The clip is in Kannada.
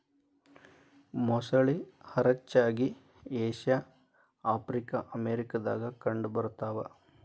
ಮೊಸಳಿ ಹರಚ್ಚಾಗಿ ಏಷ್ಯಾ ಆಫ್ರಿಕಾ ಅಮೇರಿಕಾ ದಾಗ ಕಂಡ ಬರತಾವ